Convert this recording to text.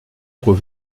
trop